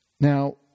Now